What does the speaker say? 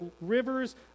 rivers